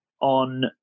on